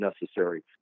necessary